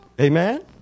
Amen